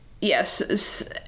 Yes